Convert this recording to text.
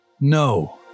No